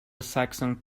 saxon